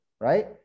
right